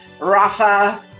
Rafa